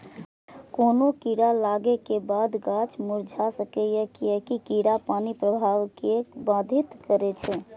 कोनो कीड़ा लागै के बादो गाछ मुरझा सकैए, कियैकि कीड़ा पानिक प्रवाह कें बाधित करै छै